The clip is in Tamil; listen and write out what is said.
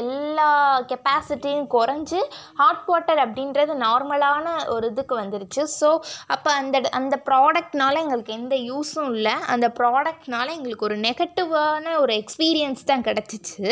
எல்லா கெப்பாசிட்டியும் குறைஞ்சி ஹாட் வாட்டர் அப்படின்றது நார்மலான ஒரு இதுக்கு வந்துருச்சு ஸோ அப்போ அந்த அந்த ப்ராடக்ட்னால் எங்களுக்கு எந்த யூஸ்ஸும் இல்லை அந்த ப்ராடக்ட்னால் எங்களுக்கு ஒரு நெகட்டிவ்வான ஒரு எக்ஸ்பீரியன்ஸ் தான் கிடச்சிச்சு